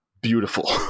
beautiful